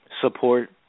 support